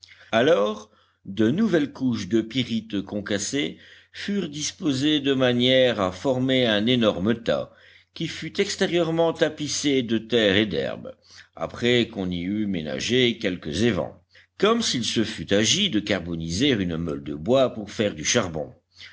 alors de nouvelles couches de pyrites concassées furent disposées de manière à former un énorme tas qui fut extérieurement tapissé de terre et d'herbes après qu'on y eut ménagé quelques évents comme s'il se fût agi de carboniser une meule de bois pour faire du charbon